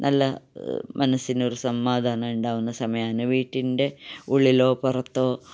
നല്ല മനസ്സിനൊരു സമാധാനമുണ്ടാകുന്ന സമയമാണ് വീട്ടിൻ്റെ ഉള്ളിലോ പുറത്തോ